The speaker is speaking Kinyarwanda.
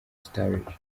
sturridge